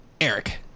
eric